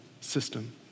system